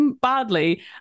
badly